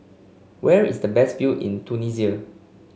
where is the best view in Tunisia